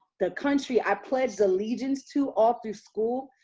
the country i pledged allegiance to all through school?